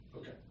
Okay